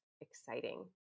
exciting